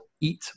Eat